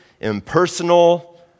impersonal